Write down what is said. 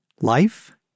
Life